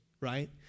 right